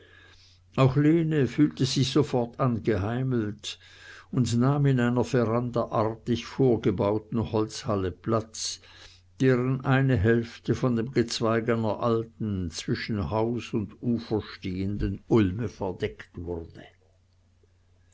auch lene fühlte sich sofort angeheimelt und nahm in einer verandaartig vorgebauten holzhalle platz deren eine hälfte von dem gezweig einer alten zwischen haus und ufer stehenden ulme verdeckt wurde